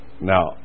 Now